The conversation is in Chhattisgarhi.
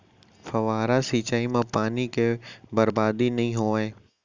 फवारा सिंचई म पानी के बरबादी नइ होवय